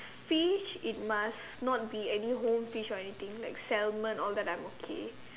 fish it must be not be any whole fish or anything like Salmon all that I'm okay